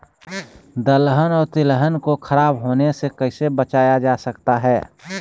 दलहन और तिलहन को खराब होने से कैसे बचाया जा सकता है?